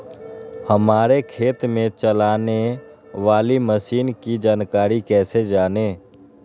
हमारे खेत में चलाने वाली मशीन की जानकारी कैसे जाने?